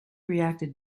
reacted